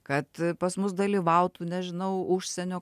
kad pas mus dalyvautų nežinau užsienio